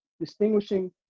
distinguishing